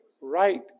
Right